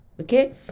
okay